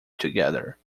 together